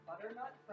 butternut